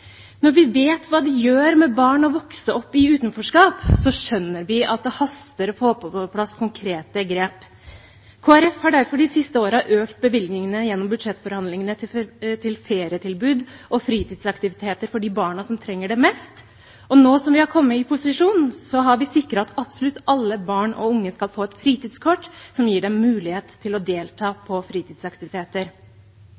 Når vi vet hva det gjør med barn å vokse opp i utenforskap, skjønner vi at det haster å få på plass konkrete grep. Kristelig Folkeparti har derfor de siste årene økt bevilgningene gjennom budsjettforhandlingene til ferietilbud og fritidsaktiviteter for de barna som trenger det mest, og nå som vi har kommet i posisjon, har vi sikret at absolutt alle barn og unge skal få et fritidskort som gir dem mulighet til å delta